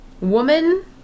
woman